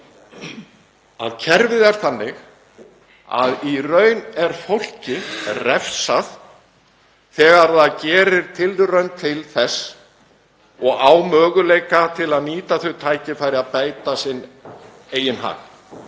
að kerfið er þannig að í raun er fólki refsað þegar það gerir tilraun til þess og á möguleika á að nýta tækifæri til að bæta eigin hag.